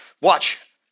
Watch